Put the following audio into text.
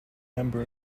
member